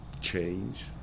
change